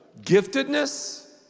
giftedness